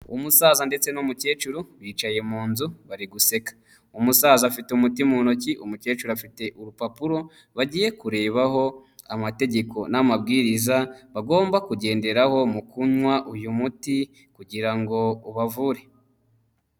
Umusaza ndetse n'umukecuru bicaye mu nzu bari guseka, umusaza afite umuti mu ntoki, umukecuru afite urupapuro bagiye kurebaho amategeko n'amabwiriza bagomba kugenderaho mu kunywa uyu muti kugira ngo ubavure.